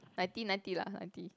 ninety ninety lah ninety